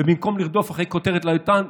ובמקום לרדוף אחרי כותרת לאולפן,